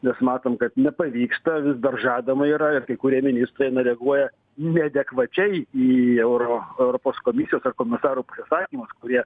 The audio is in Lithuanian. nes matom kad nepavyksta vis dar žadama yra ir kai kurie ministrai na reaguoja neadekvačiai į euro europos komisijos ar komisarų pasisakymus kurie